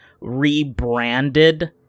rebranded